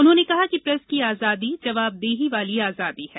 उन्होंने कहा कि प्रेस की आजादी जवाबदेही वाली आजादी है